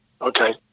Okay